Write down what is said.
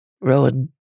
Rowan